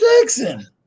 Jackson